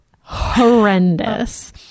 horrendous